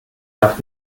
darf